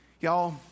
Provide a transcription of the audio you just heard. y'all